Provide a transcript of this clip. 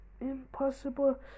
impossible